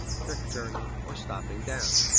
trick-turning, or stopping down.